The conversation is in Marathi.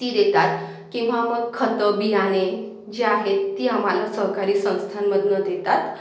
ती देतात किंवा मग खत बियाणे जे आहेत ती आम्हाला सहकारी संस्थांमधून देतात